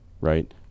right